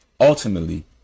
ultimately